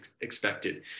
expected